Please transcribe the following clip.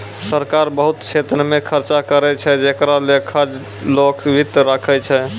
सरकार बहुत छेत्र मे खर्चा करै छै जेकरो लेखा लोक वित्त राखै छै